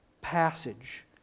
passage